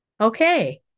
Okay